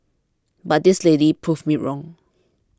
but this lady proved me wrong